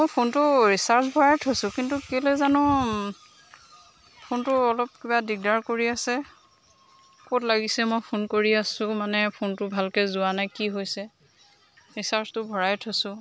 মই ফোনটো ৰিচাৰ্জ ভৰাই থৈছোঁ কিন্তু কেলৈ জানো ফোনটো অলপ কিবা দিগদাৰ কৰি আছে ক'ত লাগিছে মই ফোন কৰি আছো মানে ফোনটো ভালকৈ যোৱা নাই কি হৈছে ৰিচাৰ্জটো ভৰাই থৈছোঁ